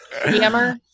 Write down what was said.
Hammer